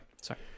sorry